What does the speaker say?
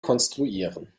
konstruieren